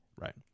Right